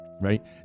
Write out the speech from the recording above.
right